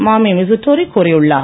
மாமி மிசுட்டோரி கூறியுள்ளார்